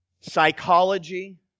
psychology